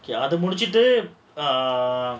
அது முடிச்சிட்டு:adhu mudichittu ah